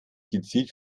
gezielt